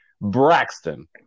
Braxton